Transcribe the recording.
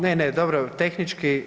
Ne, ne, dobro, tehnički.